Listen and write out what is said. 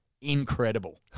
incredible